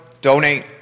Donate